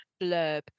blurb